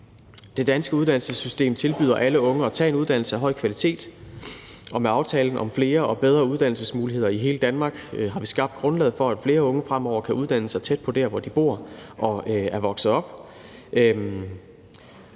Det danske uddannelsessystem tilbyder alle unge at tage en uddannelse af høj kvalitet, og med aftalen om flere og bedre uddannelsesmuligheder i hele Danmark har vi skabt grundlaget for, at flere unge fremover kan uddanne sig tæt på, hvor de bor og er vokset op.